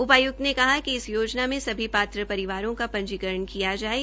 उपायुक्त ने कहा कि इस योजना में सभी परिवारों का पंजीकरण किया जायेगा